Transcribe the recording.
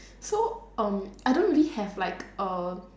so um I don't really have like err